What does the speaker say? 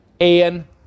Ian